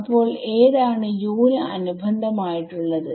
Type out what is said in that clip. അപ്പോൾ ഏതാണ് U ന് അനുബന്ധം ആയിട്ട് ഉള്ളത്